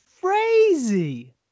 crazy